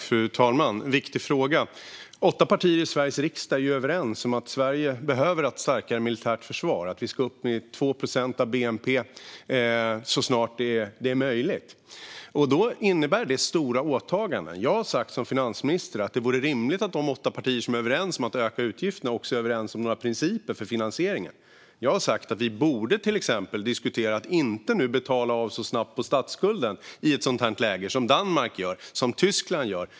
Fru talman! Det är en viktig fråga. Åtta partier i Sveriges riksdag är överens om att Sverige behöver ett starkare militärt försvar och att vi ska upp till 2 procent av bnp så snart det är möjligt. Det innebär stora åtaganden. Jag har som finansminister sagt att det vore rimligt att de åtta partier som är överens om att öka utgifterna också är överens om några principer för finansieringen. Jag har sagt att vi till exempel borde diskutera att i ett sådant här läge inte så snabbt betala av på statsskulden, som Danmark och Tyskland gör.